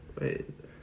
Wait